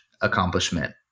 accomplishment